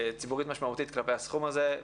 ציבורית משמעותית כלפי הסכום הזה.